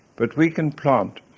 but we can plant,